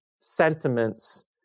sentiments